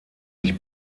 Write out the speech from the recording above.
sich